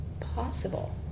possible